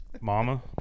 Mama